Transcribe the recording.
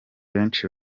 benshi